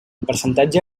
percentatge